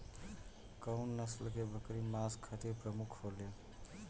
कउन नस्ल के बकरी मांस खातिर प्रमुख होले?